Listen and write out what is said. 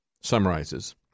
summarizes